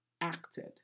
acted